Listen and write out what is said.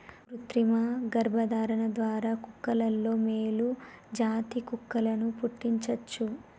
కృతిమ గర్భధారణ ద్వారా కుక్కలలో మేలు జాతి కుక్కలను పుట్టించవచ్చు